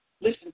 Listen